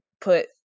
put